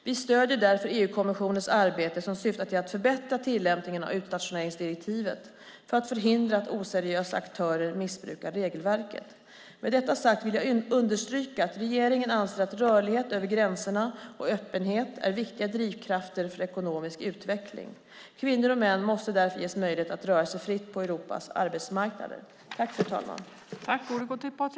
Vi stöder därför EU-kommissionens arbete som syftar till att förbättra tillämpningen av utstationeringsdirektivet för att förhindra att oseriösa aktörer missbrukar regelverket. Med detta sagt, vill jag understryka att regeringen anser att rörlighet över gränserna och öppenhet är viktiga drivkrafter för ekonomisk utveckling. Kvinnor och män måste därför ges möjlighet att röra sig fritt på Europas arbetsmarknader.